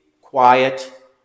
quiet